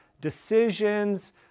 decisions